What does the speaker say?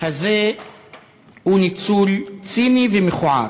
הזה הוא ניצול ציני ומכוער.